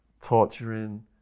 torturing